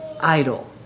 Idol